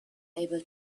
able